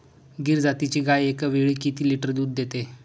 गीर जातीची गाय एकावेळी किती लिटर दूध देते?